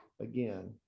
again